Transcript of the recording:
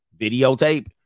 videotape